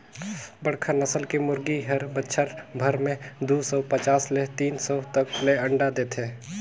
बड़खा नसल के मुरगी हर बच्छर भर में दू सौ पचास ले तीन सौ तक ले अंडा देथे